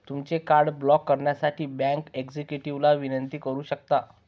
तुमचे card block करण्यासाठी bank एक्झिक्युटिव्हला विनंती करू शकता